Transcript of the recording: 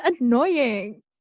annoying